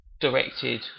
directed